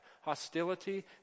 hostility